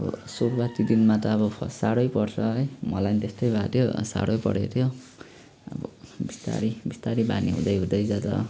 अब सुरुआती दिनमा त अब फर्स्ट साह्रै पर्छ है मलाई पनि त्यस्तै भएको थियो साह्रो परेको थियो अब बिस्तारै बिस्तारै बानी हुँदै हुँदै जाँदा